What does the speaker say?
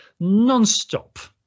nonstop